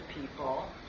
people